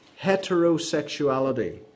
heterosexuality